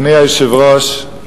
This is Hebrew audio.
אדוני היושב-ראש,